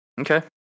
Okay